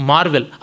Marvel